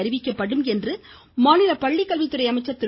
அறிவிக்கப்பம் என்று மாநில பள்ளிக் கல்வித்துறை அமைச்சர் திரு